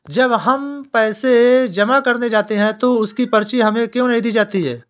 जब हम पैसे जमा करने जाते हैं तो उसकी पर्ची हमें क्यो नहीं दी जाती है?